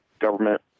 government